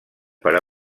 per